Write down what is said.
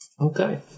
Okay